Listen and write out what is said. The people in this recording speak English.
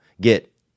get